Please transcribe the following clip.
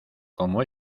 como